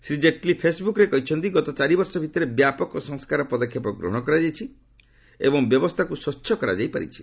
ଶ୍ରୀ ଜେଟଲୀ ଫେସ୍ବୁକ୍ରେ କହିଛନ୍ତି ଗତ ଚାରିବର୍ଷ ଭିତରେ ବ୍ୟାପକ ସଂସ୍କାର ପଦକ୍ଷେପ ଗ୍ରହଣ କରାଯାଇଛି ଏବଂ ବ୍ୟବସ୍ଥାକୁ ସ୍ୱଚ୍ଛ କରାଯାଇ ପାରିଛି